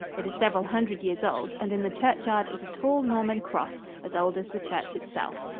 it is several hundred years old, and in the churchyard is a tall, norman cross, as old as the church itself.